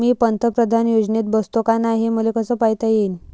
मी पंतप्रधान योजनेत बसतो का नाय, हे मले कस पायता येईन?